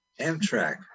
Amtrak